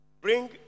bring